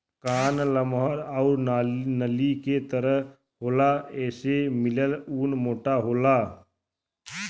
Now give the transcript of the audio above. कान लमहर आउर नली के तरे होला एसे मिलल ऊन मोटा होला